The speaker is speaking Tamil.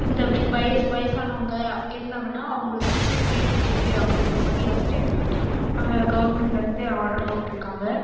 இந்த வயது வயதானவங்க இருந்தாங்கனா அவங்களுக்கு வந்துட்டு ஃப்ரீ டிக்கெட் அப்படிங்கிற மாதிரி வந்துட்டு கவர்மெண்ட்லருந்து ஆர்டர் போட்டிருக்காங்க